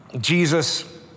Jesus